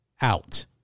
out